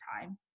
time